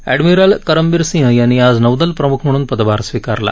admiral Karambir Singh यांनी आज नौदल प्रमुख म्हणून पदभार स्वीकारला